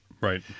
right